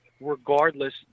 regardless